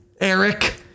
Eric